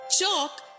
Chalk